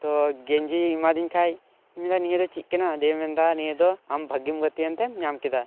ᱛᱚ ᱜᱮᱧᱡᱤ ᱮᱢᱟᱫᱤᱧ ᱠᱷᱟᱱ ᱤᱧ ᱢᱮᱱ ᱮᱫᱟ ᱱᱤᱭᱟᱹ ᱫᱚ ᱪᱮᱫ ᱠᱟᱱᱟ ᱛᱚ ᱫᱤᱭᱮ ᱢᱮᱱ ᱮᱫᱟᱭ ᱱᱤᱣᱟᱹ ᱫᱚ ᱟᱢ ᱵᱷᱟᱹᱜᱤᱢ ᱜᱟᱛᱮᱭᱮᱱ ᱛᱮᱢ ᱧᱟᱢ ᱠᱮᱫᱟ